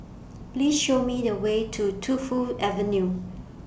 Please Show Me The Way to Tu Fu Avenue